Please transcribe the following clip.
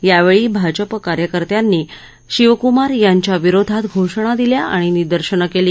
यावेळी भाजपा कार्यकर्त्यांनी शिवकुमार यांच्या विरोधात घोषणा दिल्या आणि निदर्शनं केली